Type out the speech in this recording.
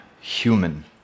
human